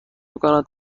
میکند